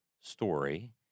story